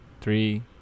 Three